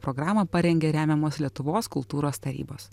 programą parengė remiamos lietuvos kultūros tarybos